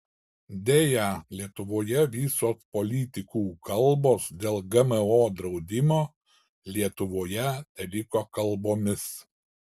deja lietuvoje visos politikų kalbos dėl gmo draudimo lietuvoje teliko kalbomis